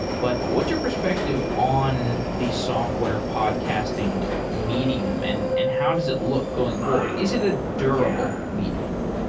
but what's your perspective on the software podcasting medium and and how does it look going forward? is it a durable medium?